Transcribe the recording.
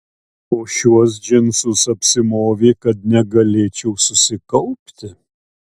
o šiuos džinsus apsimovė kad negalėčiau susikaupti